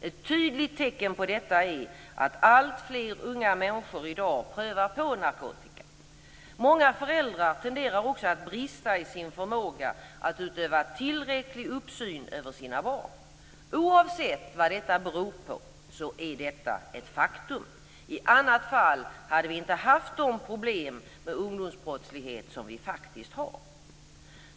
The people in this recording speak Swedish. Ett tydligt tecken på detta är att alltfler unga människor i dag prövar narkotika. Många föräldrar tenderar också att brista i sin förmåga att utöva tillräcklig uppsyn över sina barn. Oavsett vad det beror på är detta ett faktum, i annat fall hade vi inte haft de problem med ungdomsbrottslighet som vi faktiskt har.